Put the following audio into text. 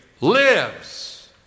lives